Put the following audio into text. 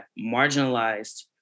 marginalized